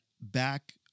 back